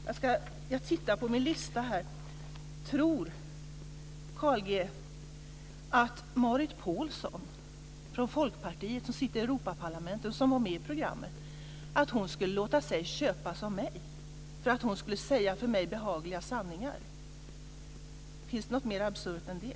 Jag tittar på min lista över deltagarna. Tror Carl G Folkpartiet och som var med i programmet, skulle låta sig köpas av mig så att hon skulle säga för mig behagliga sanningar? Finns det något mera absurt än det?